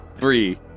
Three